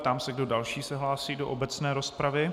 Ptám se, kdo další se hlásí do obecné rozpravy.